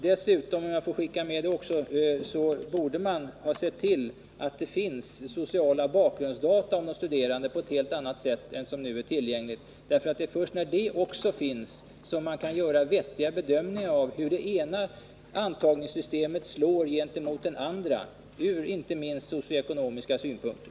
Dessutom vill jag tillägga att man borde ha sett till att det finns andra sociala bakgrundsdata om de studerande än de som nu är tillgängliga. Det är först när också sådana finns som man kan göra vettiga bedömningar av hur det ena antagningssystemet slår gentemot det andra, inte minst från socio-ekonomiska synpunkter.